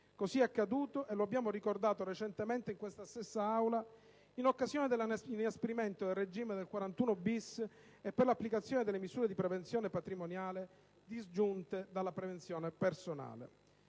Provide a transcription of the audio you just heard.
Così è accaduto, e lo abbiamo ricordato recentemente in questa stessa Aula, in occasione dell'inasprimento del regime del 41-*bis* e per l'applicazione delle misure di prevenzione patrimoniale disgiunte dalla prevenzione personale.